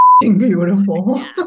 beautiful